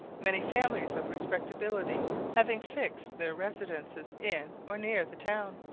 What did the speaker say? many families of respectability having fixed their residences in or near the town.